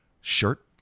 shirt